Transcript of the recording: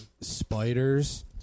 spiders